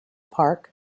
park